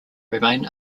remain